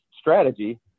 strategy